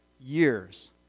years